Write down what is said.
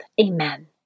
Amen